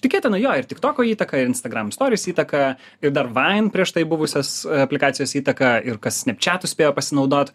tikėtina jo ir tiktoko įtaka ir instagram storis įtaka ir dar vain prieš tai buvusios aplikacijos įtaka ir kas snepčatu spėjo pasinaudot